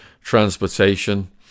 transportation